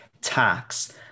tax